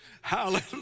hallelujah